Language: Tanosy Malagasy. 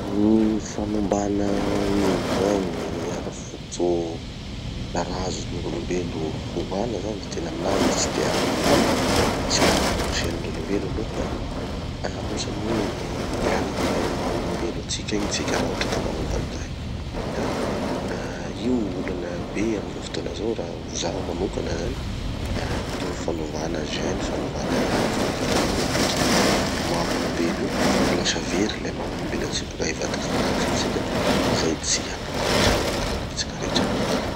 Gny fanovana gny gène, ara-fototarazo gn'olom-belo hovana zany, de tena aminaha zay tsy de ara-dalana. Tsy ovana gny gène-n'olom-belo aloha fa hotrany hoe miala amy le maha olom-belo atsika igny tsika rahotraky magnova anizay. Ka ah io olana be amy zao fotoana zao raha ho zaho manokana zany. Ah io fanovana gène, fanovana iano, fanovana ino atiky, amy maha olom-belo io, ka lasa very le maha olom-belo atsika ka hivadiky raha hafa tsika, izay tsy hampaharitsy gny taranakitsika rehetra any afara any.